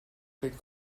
del